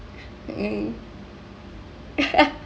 eh